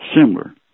similar